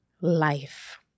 life